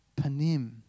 panim